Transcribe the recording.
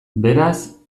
beraz